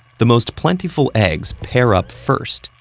the most plentiful eggs pair up first,